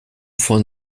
von